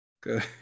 Good